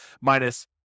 minus